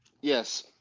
Yes